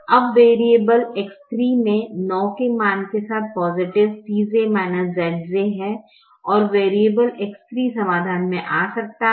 अब variable X3 में 9 के मान के साथ पॉजिटिव Cj Zj है और वेरिएबल X3 समाधान में आ सकता है